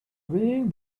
reading